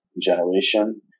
generation